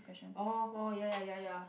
orh orh ya ya ya ya